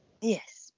Yes